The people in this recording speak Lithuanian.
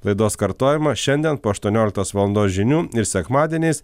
laidos kartojimą šiandien po aštuonioliktos valandos žinių ir sekmadieniais